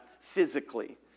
physically